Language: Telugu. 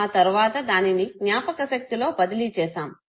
ఆ తరువాత దానిని జ్ఞాపక శక్తిలో బదిలీ చేసాము